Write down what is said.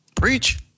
Preach